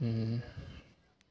अँ